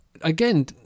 Again